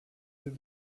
des